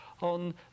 on